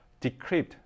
decrypt